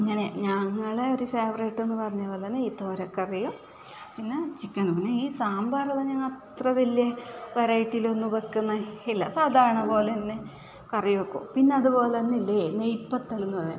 ഇങ്ങനെ ഞങ്ങളുടെ ഒരു ഫേവറിറ്റ് എന്ന് പറഞ്ഞത് പോലെ തന്നെ ഇത് ഒരു തോരക്കറിയും പിന്നെ ചിക്കൻ കറിയും പിന്നെ സാമ്പാറ് പറഞ്ഞാൽ അത്ര വലിയ വെറൈറ്റിയിലൊന്നും വെക്കുന്നത് ഇല്ല സാധാരണ പോലെ തന്നെ കറി വെക്കും പിന്നതുപോലെ ഇല്ലെ നെയ്യ് പത്തല്